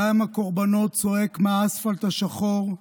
דם הקורבנות צועק מהאספלט השחור,